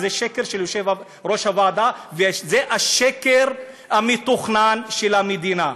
זה השקר של יושב-ראש הוועדה וזה השקר המתוכנן של המדינה.